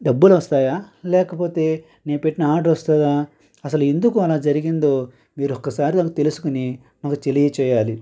డబ్బులు వస్తాయా లేకపోతే నేను పెట్టిన ఆర్డర్ వస్తుందా అసలు ఎందుకు అలా జరిగిందో మీరు ఒక్కసారి నాకు తెలుసుకొని నాకు తెలియజేయాలి